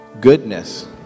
Goodness